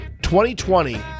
2020